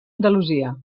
andalusia